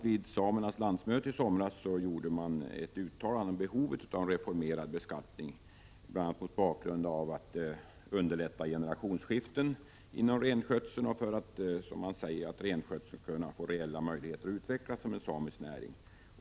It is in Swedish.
Vid samernas landsmöte i somras gjordes ett uttalande om behovet av en reformerad beskattning, bl.a. för underlättande av generationsskiften inom renskötseln och för att renskötseln skall få reella möjligheter att utvecklas som en samisk näring.